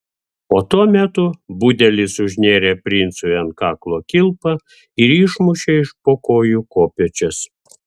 o tuo metu budelis užnėrė princui ant kaklo kilpą ir išmušė iš po kojų kopėčias